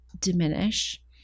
diminish